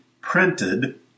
printed